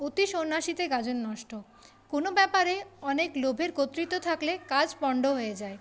অতি সন্ন্যাসীতে গাজন নষ্ট কোনও ব্যাপারে অনেক লোভের কর্তৃত্ব থাকলে কাজ পণ্ড হয়ে যায়